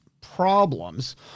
problems